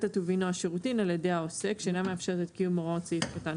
הטובין או השירותים על ידי העוסק שאינה מאפשרת קיום הוראות סעיף קטן